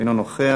אינו נוכח,